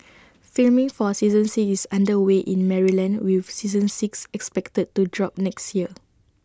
filming for season six is under way in Maryland with season six expected to drop next year